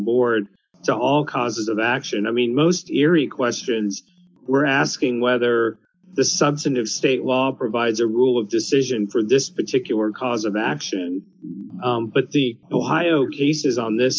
board to all causes of action i mean most eerie questions were asking whether the substantive state law provides a rule of decision for this particular cause of action but the ohio cases on this